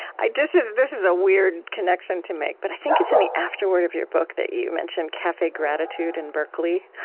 this is this is a weird connection to make, but i think it's in the afterword of your book that you mention cafe gratitude in berkeley,